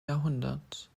jahrhundert